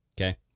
Okay